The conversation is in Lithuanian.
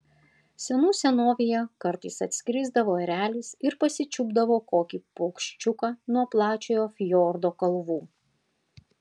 senų senovėje kartais atskrisdavo erelis ir pasičiupdavo kokį paukščiuką nuo plačiojo fjordo kalvų